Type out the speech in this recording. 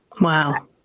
Wow